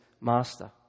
master